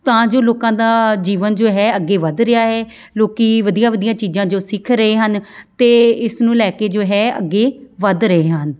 ਤਾਂ ਜੋ ਲੋਕਾਂ ਦਾ ਜੀਵਨ ਜੋ ਹੈ ਅੱਗੇ ਵੱਧ ਰਿਹਾ ਹੈ ਲੋਕੀਂ ਵਧੀਆ ਵਧੀਆ ਚੀਜ਼ਾਂ ਜੋ ਸਿੱਖ ਰਹੇ ਹਨ ਅਤੇ ਇਸ ਨੂੰ ਲੈ ਕੇ ਜੋ ਹੈ ਅੱਗੇ ਵੱਧ ਰਹੇ ਹਨ